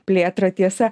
plėtrą tiesa